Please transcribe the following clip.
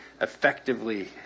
effectively